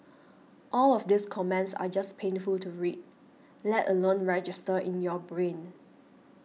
all of these comments are just painful to read let alone register in your brain